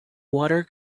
water